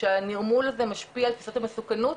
שהנירמול הזה משפיע על תפיסת המסוכנות,